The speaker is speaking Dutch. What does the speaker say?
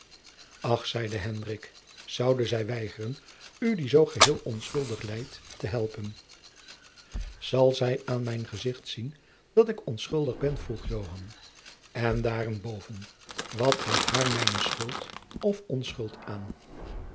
ach zeide hendrik zoude zij weigeren u die zoo geheel onschuldig lijdt te helpen zal zij aan mijn gezicht zien dat ik onschuldig ben vroeg joan en daarenboven wat gaat haar mijne schuld of onschuld aan